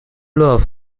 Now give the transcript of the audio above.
love